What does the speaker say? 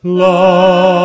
love